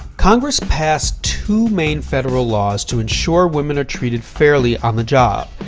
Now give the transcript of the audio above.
congress passed two main federal laws to ensure women are treated fairly on the job.